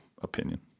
opinion